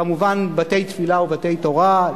כמובן בתי-תפילה ובתי-תורה,